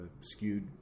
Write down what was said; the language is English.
skewed